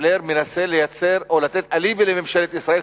בלייר מנסה לייצר או לתת אליבי לממשלת ישראל,